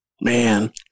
Man